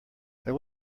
there